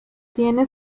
tiene